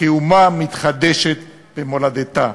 כאומה המתחדשת במולדתה.